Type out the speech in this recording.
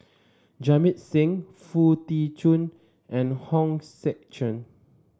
Jamit Singh Foo Tee Jun and Hong Sek Chern